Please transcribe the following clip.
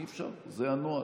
אי-אפשר, זה הנוהל.